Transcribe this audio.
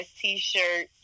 t-shirt